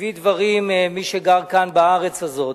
שמביא דברים, מי שגר כאן, בארץ הזאת,